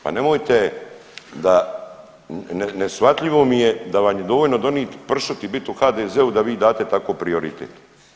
Pa nemojte da, neshvatljivo mi je da vam je dovoljno donit pršut i bit u HDZ-u da vi date tako prioritet.